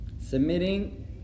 Submitting